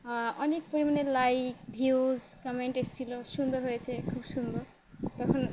অনেক পরিমাণে like views comment এসেছিলো সুন্দর হয়েছে খুব সুন্দর তখন